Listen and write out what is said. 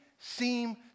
seem